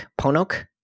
Ponok